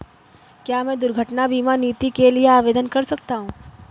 क्या मैं दुर्घटना बीमा नीति के लिए आवेदन कर सकता हूँ?